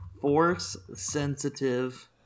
Force-sensitive